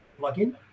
plugin